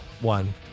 One